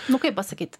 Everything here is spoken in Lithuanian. nu kaip pasakyt